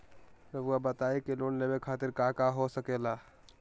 रउआ बताई की लोन लेवे खातिर काका हो सके ला?